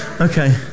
okay